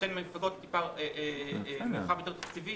נותן למפלגות מרחב תקציבי